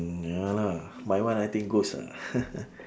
mm ya lah my one I think ghost ah